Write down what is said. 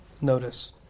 notice